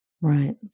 Right